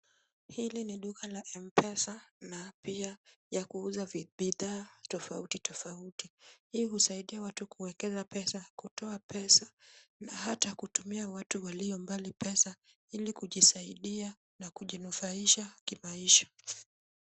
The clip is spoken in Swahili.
Hili ni duka la mpesa na pia ya kuuza bidhaa tofautitofauti. Hii husaidia watu kuwekeza pesa, kutoa pesa na hata kutumia watu walio mbali pesa ili kujisaidia na kujinufaisha ki maisha.